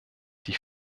die